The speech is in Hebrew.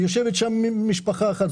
ויושבת שם משפחה אחת.